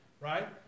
right